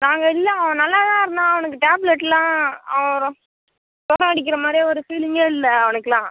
நாங்கள் இல்லை அவன் நல்லாதான் இருந்தான் அவனுக்கு டேப்லெட்லாம் அவன் ரொ ஜுரம் அடிக்கிற மாதிரியே ஒரு ஃபீலிங்கே இல்லை அவனுக்குலாம்